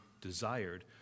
desired